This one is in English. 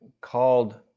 called